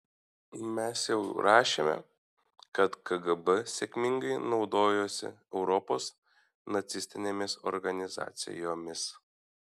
mes jau rašėme kad kgb sėkmingai naudojosi europos nacistinėmis organizacijomis